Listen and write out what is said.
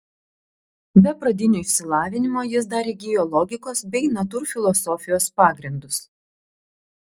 be pradinio išsilavinimo jis dar įgijo logikos bei natūrfilosofijos pagrindus